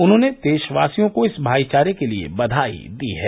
उन्होंने देशवासियों को इस भाईचारे के लिए बधाई दी है